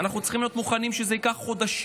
אנחנו צריכים להיות מוכנים לכך שהלחימה תיקח חודשים.